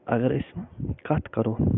اگر أسۍ کتھ کَرو